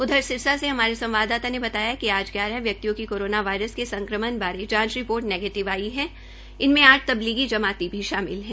उधर सिरसा से हमारे संवाददाता ने बताया कि आज दो व्यक्तियों को कोरोना वायरस के संक्रमण बारे जांच रिपोर्ट नेगीटिव आई है इनमें आठ तबलीगी जमाती भी शामिल है